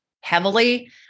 heavily